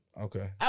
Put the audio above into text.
Okay